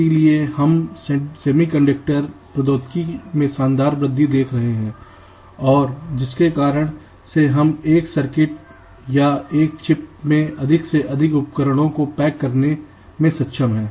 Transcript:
इसलिए हम सेमीकंडक्टर प्रौद्योगिकी में शानदार वृद्धि देख रहे हैं और जिसके कारण से हम एक सर्किट या एक चिप में अधिक से अधिक उपकरणों को पैक करने में सक्षम हैं